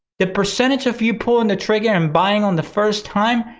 the percentage of you pulling the trigger and buying on the first time,